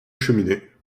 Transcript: cheminée